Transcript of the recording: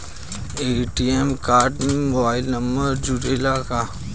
ATM card में mobile number जुरेला का?